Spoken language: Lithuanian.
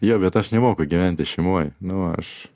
jo bet aš nemoku gyventi šeimoj nu aš